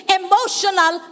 emotional